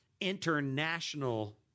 international